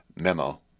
Memo